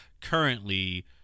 currently